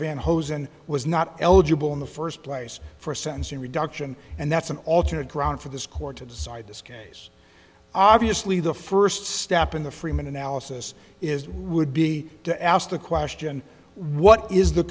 van hosen was not eligible in the first place for sentencing reduction and that's an alternate ground for this court to decide this case obviously the first step in the freeman analysis is would be to ask the question what is the